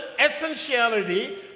essentiality